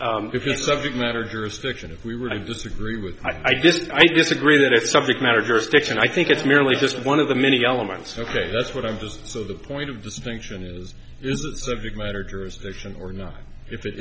honor if you are subject matter jurisdiction if we were i disagree with i just i disagree that it's subject matter jurisdiction i think it's merely just one of the many elements ok that's what i was so the point of distinction is is the subject matter jurisdiction or not if it